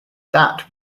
that